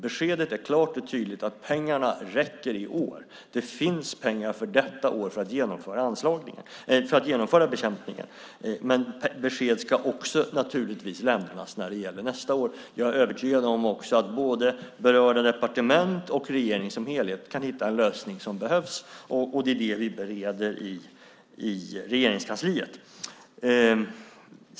Beskedet är klart och tydligt: Pengarna räcker i år. Det finns pengar för detta år för att genomföra bekämpningen. Men besked ska naturligtvis lämnas också när det gäller nästa år. Jag är övertygad om att både berörda departement och regeringen som helhet kan hitta den lösning som behövs. Det är det vi bereder i Regeringskansliet.